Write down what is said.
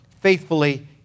faithfully